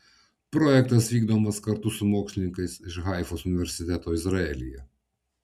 projektas vykdomas kartu su mokslininkais iš haifos universiteto izraelyje